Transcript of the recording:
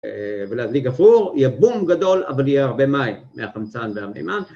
ולהדליק גפור, יהיה בום גדול אבל יהיה הרבה מים מהחמצן והמימן